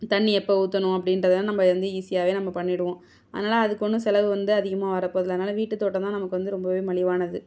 தண்ணி எப்போ ஊற்றணும் அப்படிகிறத நம்ம வந்து ஈஸியாகவே நம்ம பண்ணிவிடுவோம் அதனால் அதுக்கு ஒன்றும் செலவு வந்து அதிகமாக வர போவது இல்லை அதனால் வீட்டு தோட்டம் தான் நமக்கு வந்து ரொம்பவே மலிவானது